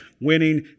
winning